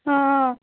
অঁ